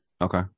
Okay